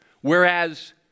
Whereas